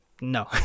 no